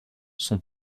son